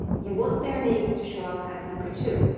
you want their names to show up as number two.